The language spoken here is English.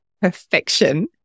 perfection